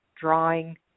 drawing